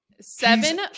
seven